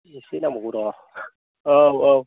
एसे नांबावगौ र' औ औ